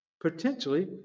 Potentially